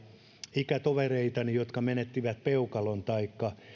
ikätovereitani jotka menettivät peukalon taikka